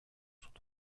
sont